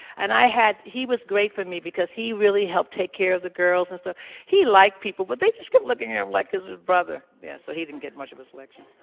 and i had he was great for me because he really helped take care of the girls and so he liked people, but they just kept looking at him like, as brother. yeah, so he didn't get much of a selection.